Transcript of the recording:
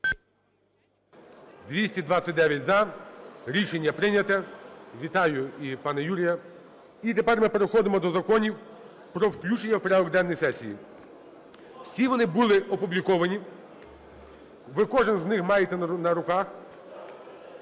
За-229 Рішення прийнято. Вітаю і пана Юрія. І тепер ми переходимо до законів про включення в порядок денний сесії. Всі вони були опубліковані. Ви кожен з них маєте на руках.